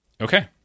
Okay